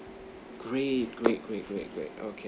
great great great great great okay